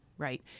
Right